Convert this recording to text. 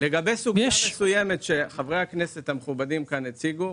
לגבי סוגיה מסוימת שחברי הכנסת המכובדים כאן הציגו,